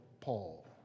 Paul